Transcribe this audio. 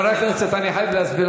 אני אומר בערבית, למה,